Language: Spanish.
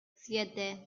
siete